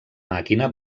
màquina